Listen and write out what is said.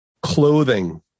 Clothing